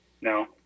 No